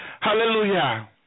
Hallelujah